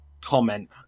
comment